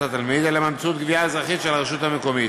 התלמיד אלא באמצעות גבייה אזרחית של הרשות המקומית.